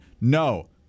No